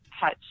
touch